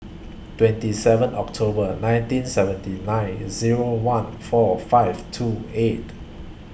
twenty seven October nineteen seventy nine Zero one four five two eight